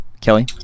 Kelly